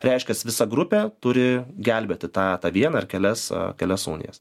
reiškias visa grupė turi gelbėti tą tą vieną ar kelias kelias unijas